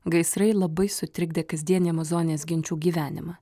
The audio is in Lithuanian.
gaisrai labai sutrikdė kasdienį amazonės genčių gyvenimą